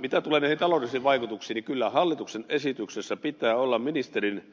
mitä tulee näihin taloudellisiin vaikutuksiin niin kyllä hallituksen esityksessä pitää olla ministerin